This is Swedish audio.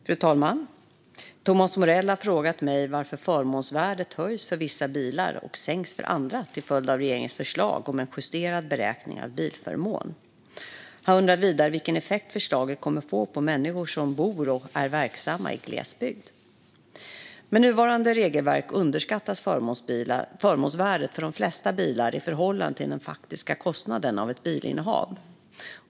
Fru talman! Thomas Morell har frågat mig varför förmånsvärdet höjs för vissa bilar och sänks för andra till följd av regeringens förslag om en justerad beräkning av bilförmån. Han undrar vidare vilken effekt förslaget kommer att få för människor som bor och är verksamma i glesbygd. Med nuvarande regelverk underskattas förmånsvärdet för de flesta bilar i förhållande till den faktiska kostnaden av ett bilinnehav.